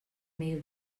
meio